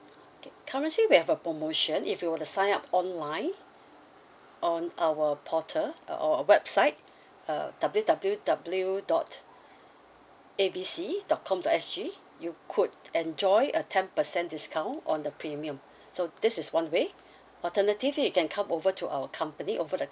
okay currently we have a promotion if you were the sign up online on our portal uh or a website uh W_W_W dot A B C dot com dot S G you could enjoy a ten percent discount on the premium so this is one way alternatively you can come over to our company over the